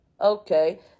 Okay